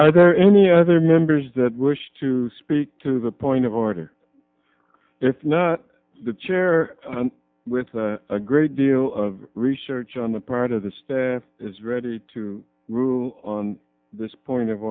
are there any other members that wish to speak to the point of order if not the chair with a great deal of research on the part of the state is ready to rule on this point of